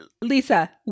Lisa